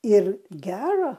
ir gera